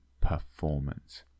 performance